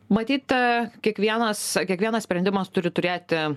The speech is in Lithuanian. matyt kiekvienas kiekvienas sprendimas turi turėti